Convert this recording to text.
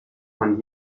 von